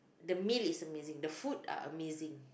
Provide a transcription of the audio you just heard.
the meal is amazing the food are amazing